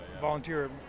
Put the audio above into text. volunteer